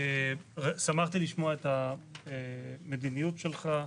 שמחתי לשמוע את המדיניות שלך,